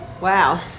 wow